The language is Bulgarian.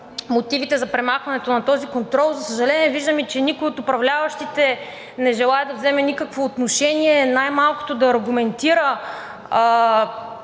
за премахването на този контрол. За съжаление, виждаме, че и никой от управляващите не желае да вземе някакво отношение, най-малкото да аргументира